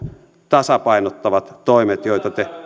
tasapainottavat toimet joita te